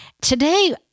Today